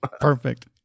Perfect